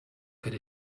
could